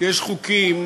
יש חוקים